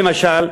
למשל,